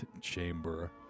chamber